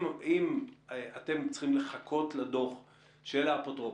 אם אתם צריכים לחכות לדוח של האפוטרופוס,